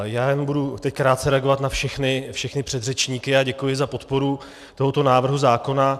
Já jenom budu teď krátce reagovat na všechny předřečníky a děkuji za podporu tohoto návrhu zákona.